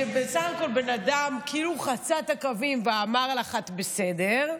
בסך הכול זה כאילו בן אדם חצה את הקווים ואמר לך: את בסדר.